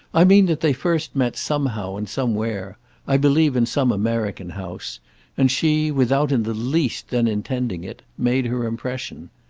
i mean that they first met somehow and somewhere i believe in some american house and she, without in the least then intending it, made her impression.